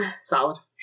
Solid